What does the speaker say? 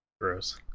Gross